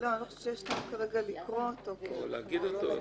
או להגיד אותו?